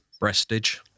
breastage